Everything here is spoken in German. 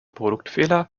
produktfehler